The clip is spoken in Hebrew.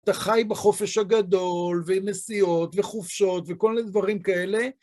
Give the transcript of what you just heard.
אתה בחופש הגדול, ועם נסיעות וחופשות, וכל מיני דברים כאלה.